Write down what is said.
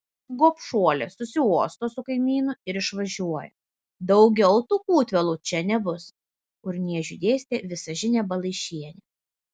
gobšuolė susiuosto su kaimynu ir išvažiuoja daugiau tų kūtvėlų čia nebus urniežiui dėstė visažinė balaišienė